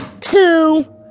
two